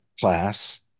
class